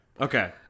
Okay